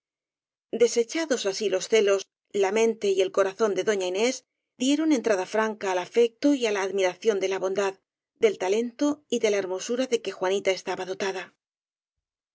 desechados así los celos la mente y el corazón de doña inés die ron entrada franca al afecto y á la admiración de la bondad del talento y de la hermosura de que juanita estaba dotada